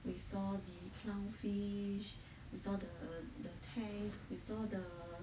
we saw the clown fish we saw the the tank we saw the